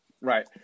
right